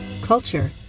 culture